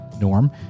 norm